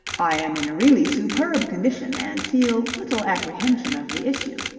i am in really superb condition and feel little apprehension of the issue,